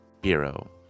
bureau